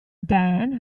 dan